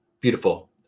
Beautiful